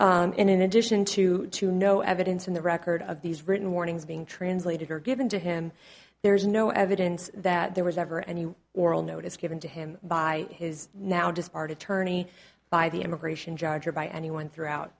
well in addition to to no evidence in the record of these written warnings being translated or given to him there is no evidence that there was ever any oral notice given to him by his now just part attorney by the immigration judge or by anyone throughout